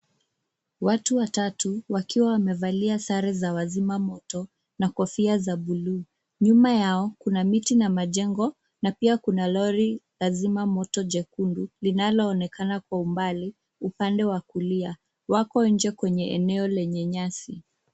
Watu watatu wakiwa wamevalia sare za wazima moto na kofia za buluu. Nyuma yao kuna miti na majengo na pia kuna lori la zima moto jekundu linaloonekana kwa umbali, upande wa kulia. Wako nje kwenye eneo lenye nyasi.